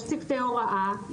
יש צוותי הוראה,